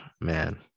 man